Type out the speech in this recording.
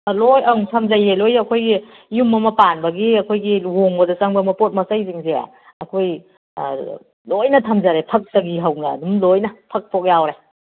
ꯂꯣꯏ ꯑꯪ ꯊꯝꯖꯩꯌꯦ ꯂꯣꯏ ꯑꯩꯈꯣꯏꯒꯤ ꯌꯨꯝ ꯑꯃ ꯄꯥꯟꯕꯒꯤ ꯑꯩꯈꯣꯏꯒꯤ ꯂꯨꯍꯣꯡꯕꯗ ꯆꯪꯕ ꯃꯄꯣꯠ ꯃꯆꯩꯁꯤꯡꯁꯦ ꯑꯩꯈꯣꯏ ꯂꯣꯏꯅ ꯊꯝꯖꯔꯦ ꯐꯛꯇꯒꯤ ꯍꯧꯅ ꯑꯗꯨꯝ ꯂꯣꯏꯅ ꯐꯛꯐꯧ ꯌꯥꯎꯔꯦ